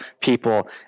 people